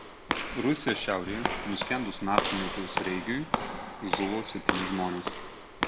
rusijos šiaurėje nuskendus naftininkų visureigiui žuvo septyni žmonės